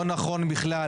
זה לא נכון בכלל.